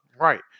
Right